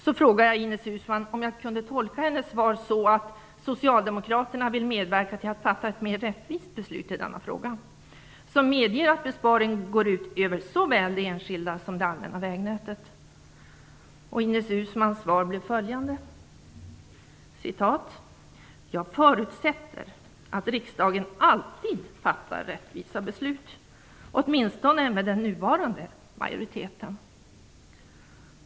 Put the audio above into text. Jag frågade Ines Uusmann om jag kunde tolka hennes svar så, att Socialdemokraterna vill medverka till att fatta ett mer rättvist beslut i denna fråga, som medger att besparingen går ut över såväl det enskilda som det allmänna vägnätet. Ines Uusmanns svar blev följande: "Jag förutsätter att riksdagen alltid fattar rättvisa beslut, åtminstone med den nuvarande majoriteten."